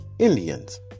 Indians